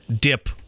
dip